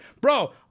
Bro